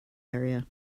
area